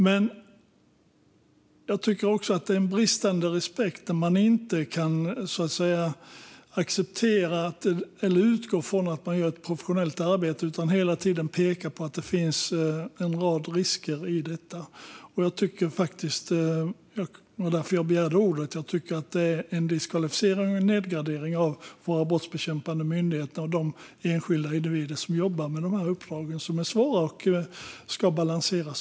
Men det är brist på respekt att man inte utgår från att de gör ett professionellt arbete utan i stället pekar på riskerna. Det var därför jag begärde ordet. Jag tycker att det är en diskvalificering och nedgradering av våra brottsbekämpande myndigheter och de enskilda individer som jobbar med uppdragen - de är svåra och ska balanseras.